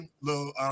little